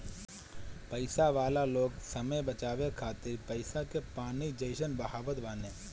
पईसा वाला लोग समय बचावे खातिर पईसा के पानी जइसन बहावत बाने